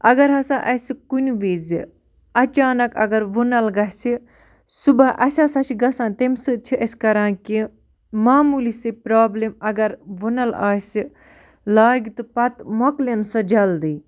اگر ہَسا اَسہِ کُنہِ وِزِ اچانَک اگر وُنَل گَژھِ صُبح اَسہِ ہَسا چھِ گژھان تَمہِ سۭتۍ چھِ أسۍ کَران کہِ معموٗلی سی پرٛابلِم اگر وُنَل آسہِ لاگہِ تہٕ پَتہٕ مۄکلِنۍ سۄ جلدی